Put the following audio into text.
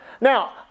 Now